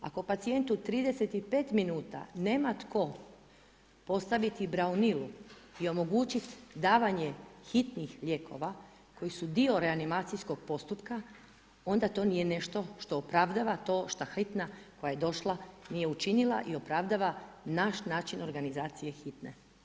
Ako pacijentu 35 min nema tko postaviti braunilu i omogućiti davanje hitnih lijekova koji su dio reanimacijskog postupka, onda to nije nešto što opravdava to što Hitna koja j došla nije učinila i opravdava naš način organizacije Hitne.